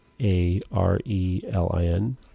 A-R-E-L-I-N